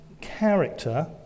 character